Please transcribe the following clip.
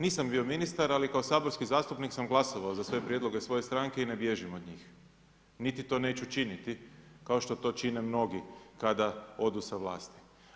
Nisam bio ministar ali kao saborski zastupnik sam glasao za sve prijedloge svoje stranke i ne bježim od njih niti to neću činiti kao što to čine mnogi kada odu sa vlasti.